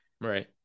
Right